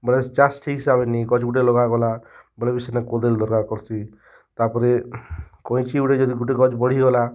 ବେଲେ ଚାଷ୍ ଠିକ୍ ସେ ଆମେ ନେଇ ଗଛ୍ ଗୁଟେ ଲଗାଗଲା ବେଲେ ବି ସେନେ କୋଦଲ୍ ଦରକାର୍ କର୍ସି ତା'ର୍ପରେ କଇଁଚି ଗୁଟେ ଯଦି ଗୁଟେ ଗଛ୍ ବଢ଼ିଗଲା